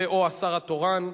ו/או השר התורן,